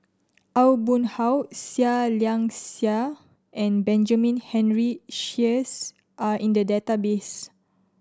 Aw Boon Haw Seah Liang Seah and Benjamin Henry Sheares are in the database